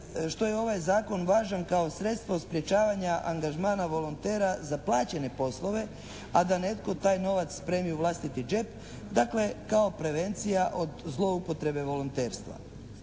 što je ovaj zakon važan kao sredstvo sprječavanja angažmana volontera za plaćene poslove a da netko taj novac spremi u vlastiti džep, dakle kao prevencija od zloupotrebe volonterstva.